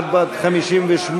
עד 58,